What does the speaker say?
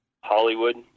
Hollywood